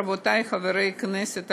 רבותי חברי הכנסת,